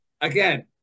again